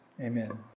amen